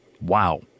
Wow